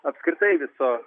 apskritai viso